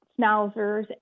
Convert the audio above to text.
schnauzers